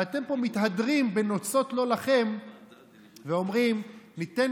ואתם מתהדרים פה בנוצות לא לכם ואומרים: ניתן